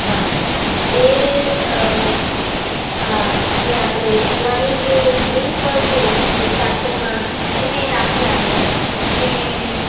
હા બે જે આપણે પીવાની જે ડ્રિંક્સ હોય છે એ સ્ટાર્ટિંગમાં એ બે રાખીએ આપણે કે